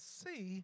see